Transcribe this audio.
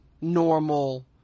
normal